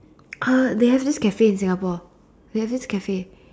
uh they have this Cafe in Singapore they have this Cafe